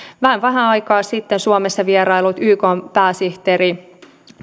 vain vähän aikaa sitten suomessa vieraillut ykn pääsihteeri